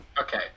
Okay